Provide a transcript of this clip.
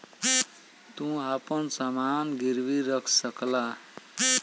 तू आपन समान गिर्वी रख सकला